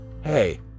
hey